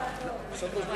התש"ע 2010,